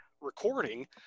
recording